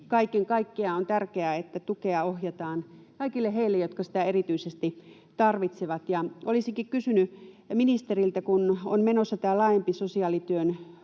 Kaiken kaikkiaan on tärkeää, että tukea ohjataan kaikille heille, jotka sitä erityisesti tarvitsevat. Olisinkin kysynyt ministeriltä: Kun on menossa tämä laajempi sosiaalityön